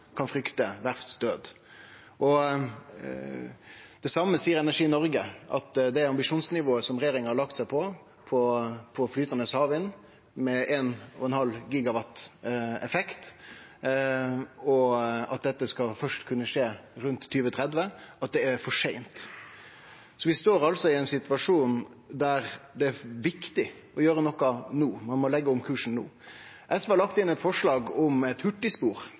kan frykte verftsdød. Det same seier Energi Norge, at det ambisjonsnivået som regjeringa har lagt seg på når det gjeld flytande havvind, med 1,5 GW effekt, først skal kunne skje rundt 2030, og at det er for seint. Vi står altså i ein situasjon der det er viktig å gjere noko no, ein må leggje om kursen no. SV har lagt inn eit forslag om eit